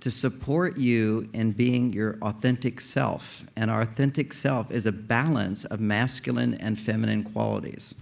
to support you in being your authentic self. and our authentic self is a balance of masculine and feminine qualities